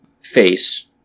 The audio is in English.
face